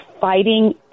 fighting